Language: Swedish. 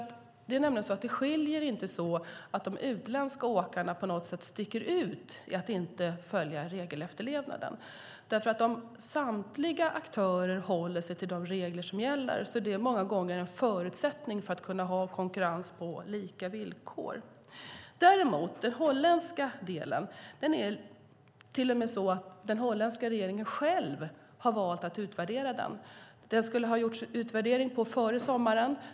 De utländska åkarna sticker nämligen inte på något sätt ut när det gäller regelefterlevnaden. Att samtliga aktörer håller sig till de regler som gäller är många gånger en förutsättning för en konkurrens på lika villkor. När det gäller den holländska situationen är det till och med så att den holländska regeringen själv har valt att utvärdera den. Det skulle ha gjorts en utvärdering före sommaren.